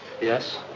yes